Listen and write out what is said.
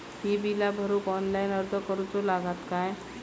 ही बीला भरूक ऑनलाइन अर्ज करूचो लागत काय?